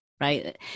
right